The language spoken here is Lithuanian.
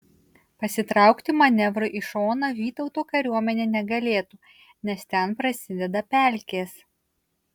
pasitraukti manevrui į šoną vytauto kariuomenė negalėtų nes ten prasideda pelkės